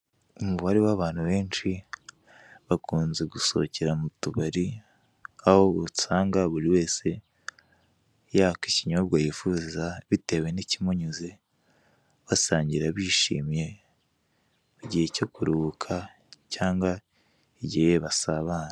Umubare w'abantu benshi bakunze gusohokera mu tubari aho usanga buri wese yaka ikinyobwa yifuza bitewe n'ikimunyuze, basangira bishimye igihe cyo kuruhuka cyangwa igihe basabana.